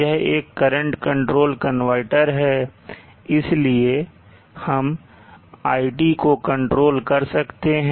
यह एक current control converter है इसलिए हम iT को कंट्रोल कर सकते हैं